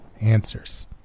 answers